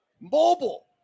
mobile